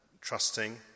trusting